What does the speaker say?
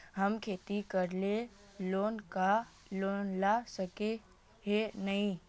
हम खेती करे ले लोन ला सके है नय?